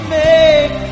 make